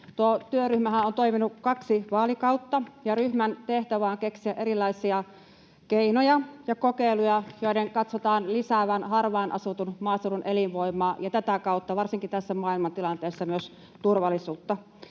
työryhmähän on toiminut kaksi vaalikautta, ja ryhmän tehtävä on keksiä erilaisia keinoja ja kokeiluja, joiden katsotaan lisäävän harvaan asutun maaseudun elinvoimaa ja tätä kautta, varsinkin tässä maailmantilanteessa, myös turvallisuutta.